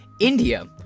India